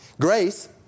Grace